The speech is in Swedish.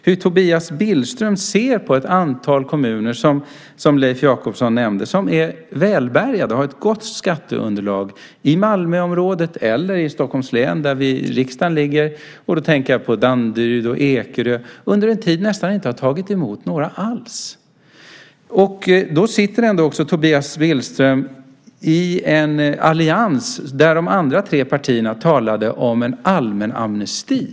Hur ser Tobias Billström på ett antal kommuner, som Leif Jakobsson nämnde, som är välbärgade och har ett gott skatteunderlag i Malmöområdet eller i Stockholms län där riksdagen ligger? Jag tänker på Danderyd och Ekerö. De har under en tid nästan inte tagit emot några alls. Tobias Billström sitter ändå med i en allians där de andra tre partierna har talat om en allmän amnesti.